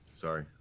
Sorry